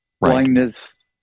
blindness